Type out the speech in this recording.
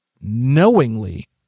knowingly